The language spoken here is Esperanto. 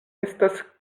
estas